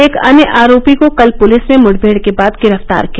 एक अन्य आरोपी को कल पुलिस ने मुठमेड़ के बाद गिरफ्तार किया